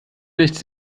nichts